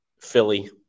Philly